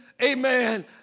amen